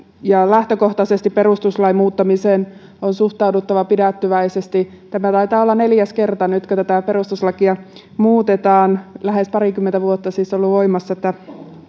lähtökohtaisesti perustuslain muuttamiseen on suhtauduttava pidättyväisesti tämä taitaa olla neljäs kerta nyt kun tätä perustuslakia muutetaan siis lähes parikymmentä vuotta tämä on ollut voimassa niin että